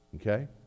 okay